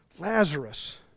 Lazarus